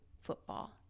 football